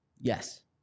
Yes